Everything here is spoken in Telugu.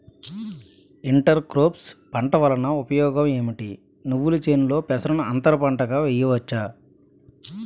ఇంటర్ క్రోఫ్స్ పంట వలన ఉపయోగం ఏమిటి? నువ్వుల చేనులో పెసరను అంతర పంటగా వేయవచ్చా?